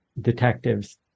detectives